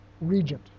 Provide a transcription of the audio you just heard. regent